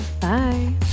Bye